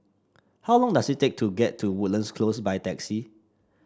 how long does it take to get to Woodlands Close by taxi